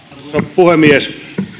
puhemies